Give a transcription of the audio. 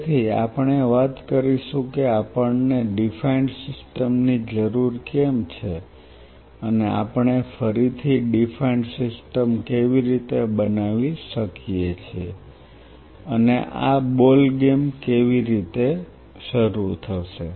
તેથી આપણે વાત કરીશું કે આપણને ડીફાઈન્ડ સિસ્ટમ ની જરૂર કેમ છે અને આપણે ફરીથી ડીફાઈન્ડ સિસ્ટમ કેવી રીતે બનાવી શકીએ છીએ અને આ બોલ ગેમ કેવી રીતે શરૂ થશે